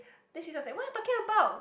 then she just like what you all talking about